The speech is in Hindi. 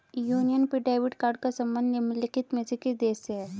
यूनियन पे डेबिट कार्ड का संबंध निम्नलिखित में से किस देश से है?